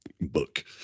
book